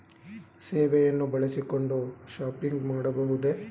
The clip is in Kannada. ಸೇವೆಯನ್ನು ಬಳಸಿಕೊಂಡು ಶಾಪಿಂಗ್ ಮಾಡಬಹುದೇ?